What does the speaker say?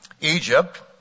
Egypt